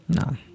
No